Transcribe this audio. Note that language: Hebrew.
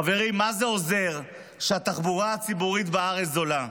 חברים, מה זה עוזר שהתחבורה הציבורית בארץ זולה?